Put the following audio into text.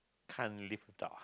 can't live without